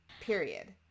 Period